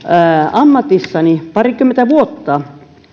ammatissani parikymmentä vuotta